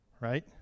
right